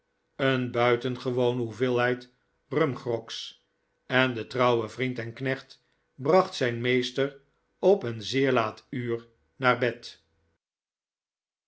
een buitengewone hoeveelheid rumgrogs en de trouwe vriend en knecht bracht zijn meester op een zeer laat uur naar bed